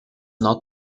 not